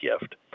gift